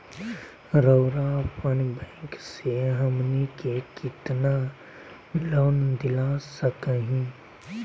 रउरा अपन बैंक से हमनी के कितना लोन दिला सकही?